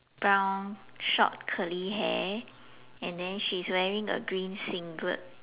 brown short curly hair and then she's wearing a green singlet